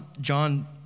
John